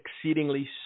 exceedingly